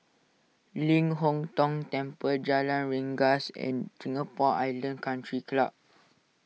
Ling Hong Tong Temple Jalan Rengas and Singapore Island Country Club